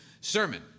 sermon